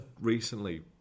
recently